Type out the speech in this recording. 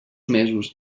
mesos